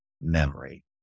memory